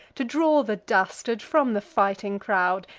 to draw the dastard from the fighting crowd,